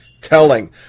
telling